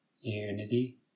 unity